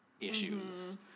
issues